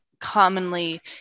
commonly